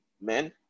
men